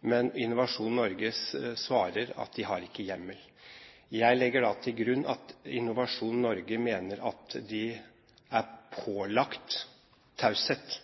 men Innovasjon Norge svarer at de ikke har hjemmel. Jeg legger da til grunn at Innovasjon Norge mener at de er pålagt taushet,